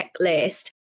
checklist